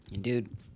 dude